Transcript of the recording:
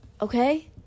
Okay